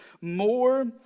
more